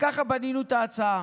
וככה בנינו את ההצעה.